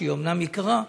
שהיא אומנם יקרה,